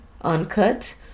uncut